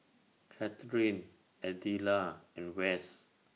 Katharyn Adela and West